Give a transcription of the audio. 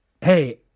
hey